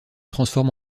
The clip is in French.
transforme